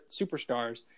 superstars